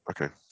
Okay